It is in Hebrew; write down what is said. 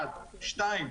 דבר שני,